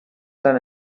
tan